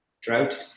drought